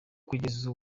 kugeza